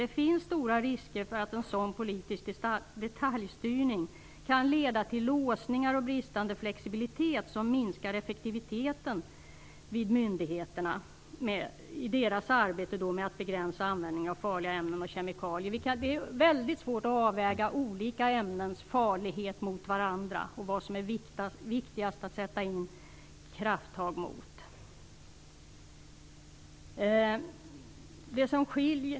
Det finns stora risker för att en sådan politisk detaljstyrning kan leda till låsningar och bristande flexibilitet som minskar effektiviteten vid myndigheterna i deras arbete med att begränsa användningen av farliga ämnen och kemikalier. Det är väldigt svårt att väga olika ämnen och deras farlighet mot varandra och veta vad som är viktigast att sätta in krafttag emot.